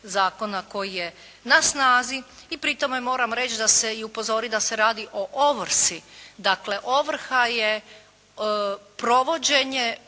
zakona koji je na snazi i pri tome moram reći i upozoriti da se radi o ovrsi. Dakle, ovrha je provođenje